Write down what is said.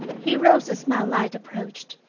he rose as my light approached,